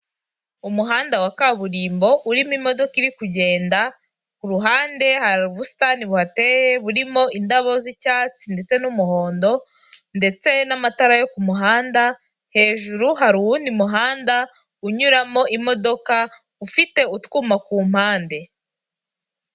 Umuhanda wa kaburimbo urimo imodoka iri kugenda, ku ruhande hari ubusitani buhateye burimo indabo z'icyatsi ndetse n'umuhondo ndetse n'amatara yo ku muhanda, hejuru hari uw'undi muhanda unyuramo imodoka, ufite utw'uma ku mpande.